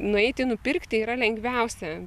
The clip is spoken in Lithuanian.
nueiti nupirkti yra lengviausia